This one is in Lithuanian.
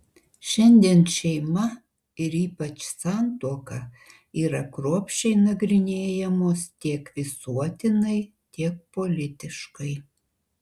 šiandien šeima ir ypač santuoka yra kruopščiai nagrinėjamos tiek visuotinai tiek politiškai